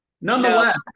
Nonetheless